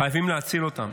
חייבים להציל אותם.